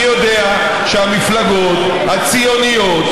אני יודע שהמפלגות הציוניות,